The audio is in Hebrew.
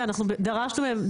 אנחנו דרשנו מהם,